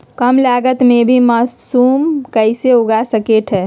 कम लगत मे भी मासूम कैसे उगा स्केट है?